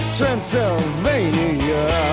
Transylvania